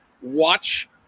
watch